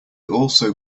also